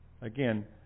Again